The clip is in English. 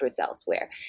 elsewhere